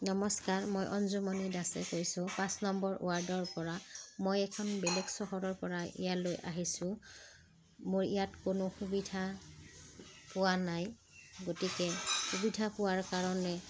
নমস্কাৰ মই অঞ্জুমণি দাসে কৈছোঁ পাঁচ নম্বৰ ৱাৰ্ডৰপৰা মই এখন বেলেগ চহৰৰপৰা ইয়ালৈ আহিছোঁ মোৰ ইয়াত কোনো সুবিধা পোৱা নাই গতিকে সুবিধা পোৱাৰ কাৰণে